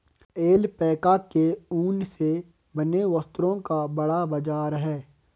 alpaca के ऊन से बने वस्त्रों का बड़ा बाजार है